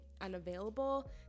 unavailable